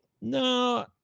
No